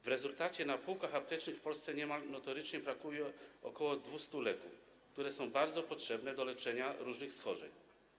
W rezultacie na półkach aptecznych w Polsce niemal notorycznie brakuje ok. 200 leków, które są bardzo potrzebne do leczenia różnych schorzeń.